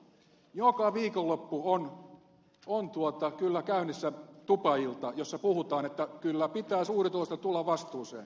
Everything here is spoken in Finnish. joka viikonloppu on kyllä käynnissä tupailta jossa puhutaan että kyllä pitää suurituloisten tulla vastuuseen